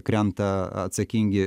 krenta atsakingi